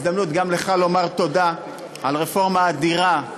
הזדמנות גם לך לומר תודה על רפורמה אדירה,